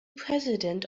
president